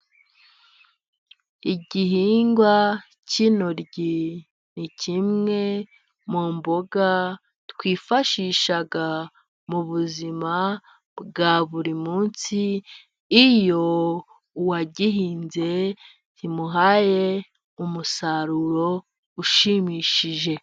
Igihingwa cy'intoryi ni kimwe mu mboga twifashisha mu buzima bwa buri munsi, iyo uwagihinze kimuhaye umusaruro ushimishije.